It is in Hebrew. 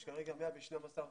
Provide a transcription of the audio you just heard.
יש כרגע 112 עובדים